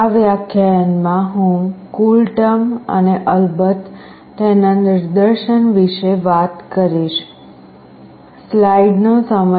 આ વ્યાખ્યાનમાં હું CoolTerm અને અલબત્ત તેના નિદર્શન વિશે વાત કરીશ